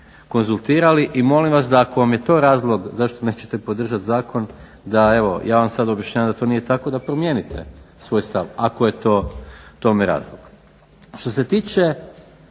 konzultirali i molim vas da ako vam je to razlog zašto nećete podržati zakon da evo ja vam sada objašnjavam da to nije tako da promijenite svoj stav ako je tome razlog. Što se tiče